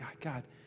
God